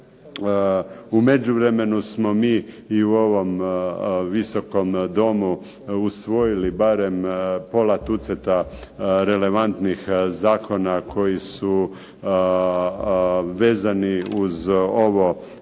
U međuvremenu smo i mi u ovom Visokom domu usvojili barem pola tuceta relevantnih zakona koji su vezani uz ovo